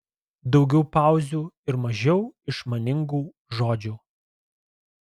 daugiau pauzių ir mažiau išmaningų žodžių